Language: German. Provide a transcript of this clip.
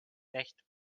recht